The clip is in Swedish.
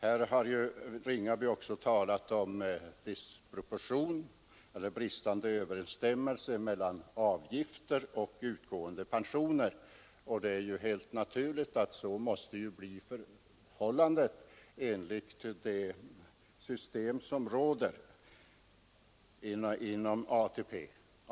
Herr Ringaby har också talat om disproportion eller bristande överensstämmelse mellan avgifter och utgående pensioner. Det är helt naturligt att så måste bli förhållandet enligt det system som råder inom ATP.